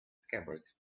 scabbard